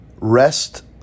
Rest